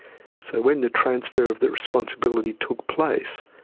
so when the transfer of the responsibility took place,